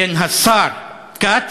בין השר כץ,